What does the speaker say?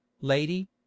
lady